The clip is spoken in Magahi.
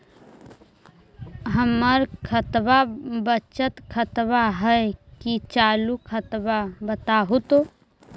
हमर खतबा बचत खाता हइ कि चालु खाता, बताहु तो?